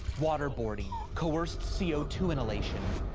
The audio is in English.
waterboarding. coerced c o two inhalation.